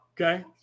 okay